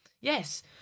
Yes